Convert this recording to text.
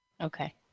Okay